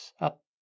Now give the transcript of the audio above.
up